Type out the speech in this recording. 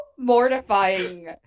Mortifying